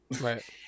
Right